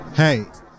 hey